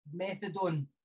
methadone